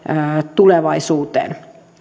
tulevaisuuteen